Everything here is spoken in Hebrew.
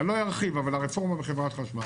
אני לא ארחיב, אבל הרפורמה בחברת חשמל,